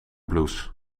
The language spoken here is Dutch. bloes